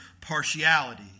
partiality